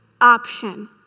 option